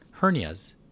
hernias